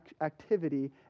activity